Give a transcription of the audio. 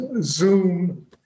Zoom